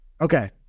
Okay